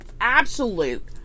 absolute